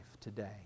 today